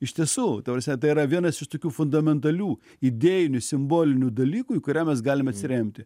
iš tiesų ta prasme tai yra vienas iš tokių fundamentalių idėjinių simbolinių dalykų į kurią mes galime atsiremti